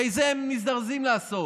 הרי את זה הם מזדרזים לעשות.